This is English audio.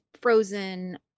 frozen